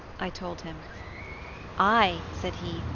i told him i said he,